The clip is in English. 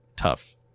tough